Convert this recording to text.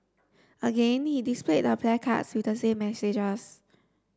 again he displayed the placards with the same messages